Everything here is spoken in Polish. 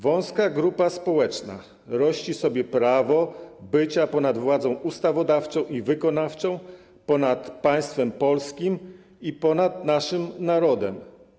Wąska grupa społeczna rości sobie prawo bycia ponad władzą ustawodawczą i wykonawczą, ponad państwem polskim i ponad naszym narodem.